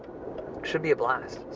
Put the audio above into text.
should be a blast.